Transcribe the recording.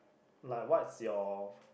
like what's your